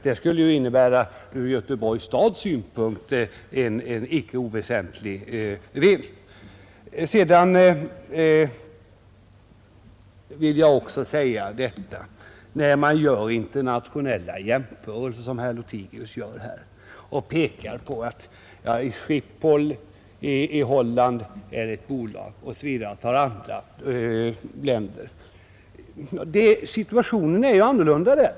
Den skulle ju från Göteborgs synpunkt innebära en inte oväsentlig vinst. Herr Lothigius gör internationella jämförelser och pekar på att Schiphol i Holland sköts av ett bolag. Exempel har även givits från andra länder. Men situationen är ju annorlunda där.